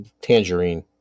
Tangerine